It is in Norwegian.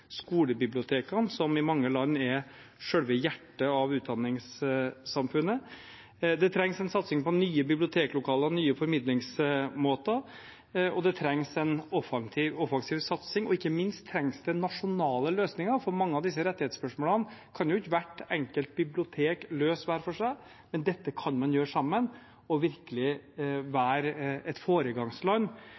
som i mange land er selve hjertet i utdanningssamfunnet. Det trengs en satsing på nye biblioteklokaler og nye formidlingsmåter, og det trengs en offensiv satsing. Ikke minst trengs det nasjonale løsninger, for mange av disse rettighetsspørsmålene kan jo ikke hvert enkelt bibliotek løse hver for seg, men dette kan man gjøre sammen og virkelig være et foregangsland